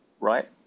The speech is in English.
right